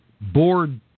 board